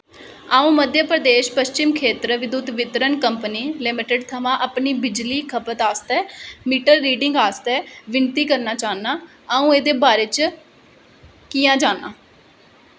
अ'ऊं मध्य प्रदेश पश्चिम खेतर विद्युत वितरण कंपनी लिमिटेड थमां अपनी बिजली खपत आस्तै मीटर रीडिंग आस्तै विनती करना चाह्न्नां अ'ऊं एह्दे बारे च कि'यां जान्नां